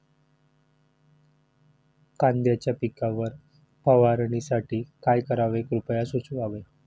कांद्यांच्या पिकावर फवारणीसाठी काय करावे कृपया सुचवावे